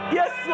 yes